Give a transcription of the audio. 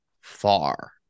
far